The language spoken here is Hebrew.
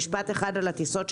משפט על הטיסות,